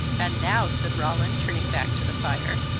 and now, said roland, turning back to the fire,